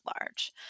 large